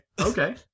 okay